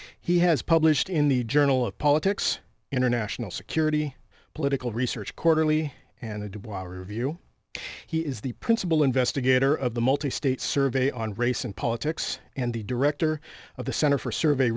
he has published in the journal of politics international security political research quarterly and the de bois review he is the principal investigator of the multistate survey on race and politics and the director of the center for survey